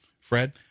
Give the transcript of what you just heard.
Fred